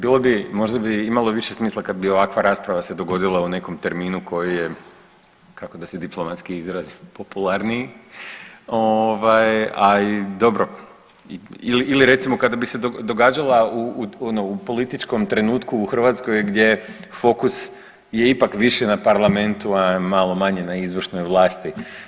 Bilo bi, možda bi imalo više smisla kad bi ovakva rasprava se dogodila u nekom terminu koji je, kako da se diplomatski izrazim, popularniji ovaj, a i dobro ili recimo kada bi se događala ono u političkom trenutku u Hrvatskoj gdje fokus je ipak viši na parlamentu, a malo manji na izvršnoj vlasti.